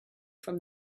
from